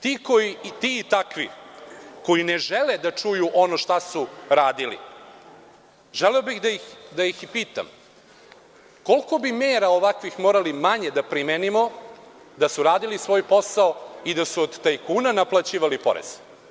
Ti i takvi koji ne žele da čuju ono šta su radili, želeo bih da ih pitam – koliko bi mera ovakvih morali manje da primenimo da su radili svoj posao i da su od tajkuna naplaćivali porez?